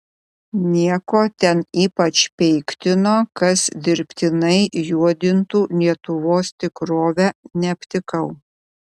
nieko ten ypač peiktino kas dirbtinai juodintų lietuvos tikrovę neaptikau